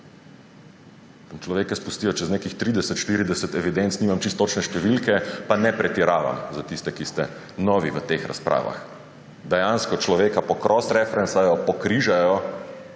človeka spustijo čez nekih 30, 40 evidenc, nimam čisto točne številke, pa ne pretiravam, za tiste, ki ste novi v teh razpravah. Dejansko človeka pocrossreferencajo, pokrižajo